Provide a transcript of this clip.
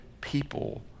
people